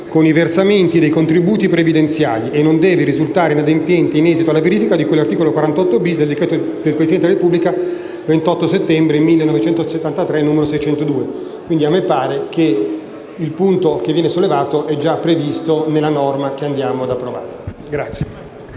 con i versamenti dei contributi previdenziali e non deve risultare inadempiente in esito alla verifica di cui all'articolo 48-*bis* del decreto del Presidente della Repubblica 29 settembre 1973, n. 602». A me pare che il punto che viene sollevato sia già previsto nella norma che andiamo ad approvare.